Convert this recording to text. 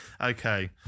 okay